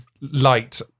light